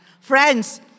Friends